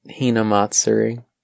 Hinamatsuri